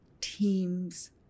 teams